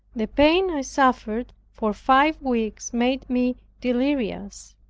the pain i suffered for five weeks made me delirious.